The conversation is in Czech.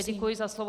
Děkuji za slovo.